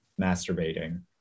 masturbating